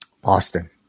Boston